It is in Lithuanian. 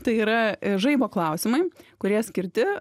tai yra žaibo klausimai kurie skirti